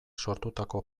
sortutako